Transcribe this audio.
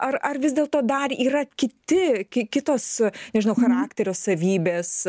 ar ar vis dėlto dar yra kiti ki kitos nežinau charakterio savybės